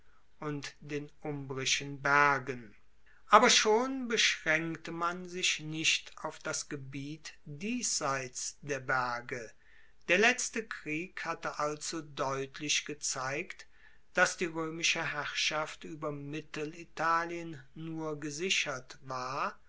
und den umbrischen bergen aber schon beschraenkte man sich nicht auf das gebiet diesseits der berge der letzte krieg hatte allzu deutlich gezeigt dass die roemische herrschaft ueber mittelitalien nur gesichert war